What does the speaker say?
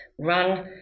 run